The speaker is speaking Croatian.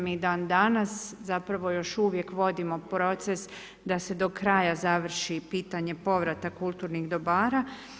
Mi i dan danas zapravo još uvijek vodimo proces da se do kraja završi pitanje povrata kulturnih dobara.